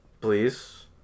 please